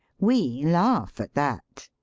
we laugh at that.